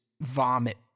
vomit